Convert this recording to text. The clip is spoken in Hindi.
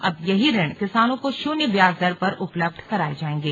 अब यही ऋण किसानों को शुन्य ब्याज दर पर उपलब्ध कराये जायेंगे